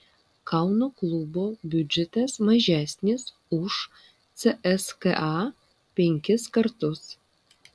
kauno klubo biudžetas mažesnis už cska penkis kartus